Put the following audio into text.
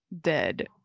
dead